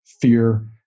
fear